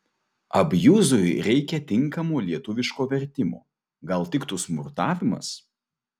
abjuzui reika tinkamo lietuviško vertimo gal tiktų smurtavimas